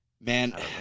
Man